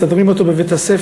מסדרים אותו בבית-הספר,